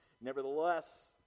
Nevertheless